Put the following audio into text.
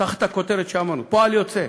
תחת הכותרת שאמרנו, פועל יוצא,